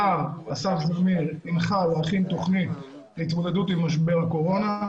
השר זמיר הנחה להכין תוכנית להתמודדות עם משבר הקורונה.